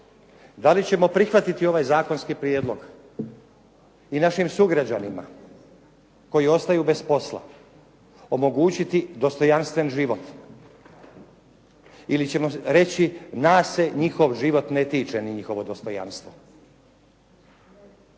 da li ćemo prihvatiti ovaj zakonski prijedlog i našim sugrađanima koji ostaju bez posla omogućiti dostojanstven život ili ćemo reći nas se njihov život ne tiče ni njihovo dostojanstvo.